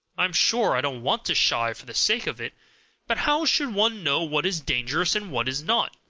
i am sure i don't want to shy for the sake of it but how should one know what is dangerous and what is not,